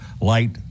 light